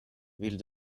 vill